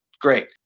great